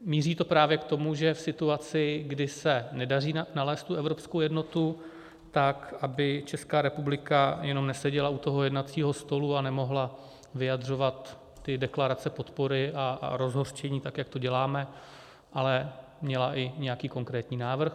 Míří to právě k tomu, že v situaci, kdy se nedaří nalézt tu evropskou jednotu, aby Česká republika jenom neseděla u toho jednacího stolu a nemohla vyjadřovat ty deklarace podpory a rozhořčení tak, jak to děláme, ale měla i nějaký konkrétní návrh.